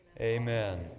Amen